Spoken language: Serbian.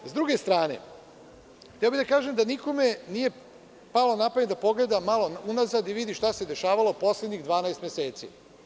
S druge strane, hteo bih da kažem da nikome nije palo na pamet da pogleda malo unazad i vidi šta se dešavalo poslednjih 12 meseci.